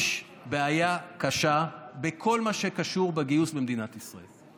יש בעיה קשה בכל מה שקשור בגיוס במדינת ישראל.